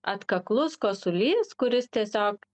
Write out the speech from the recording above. atkaklus kosulys kuris tiesiog